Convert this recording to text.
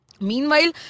Meanwhile